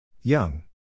Young